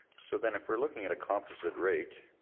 so then if we're looking at a composite rate,